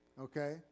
Okay